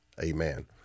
Amen